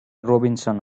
robinson